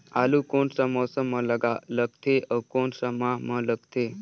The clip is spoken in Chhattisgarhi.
आलू कोन सा मौसम मां लगथे अउ कोन सा माह मां लगथे?